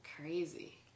crazy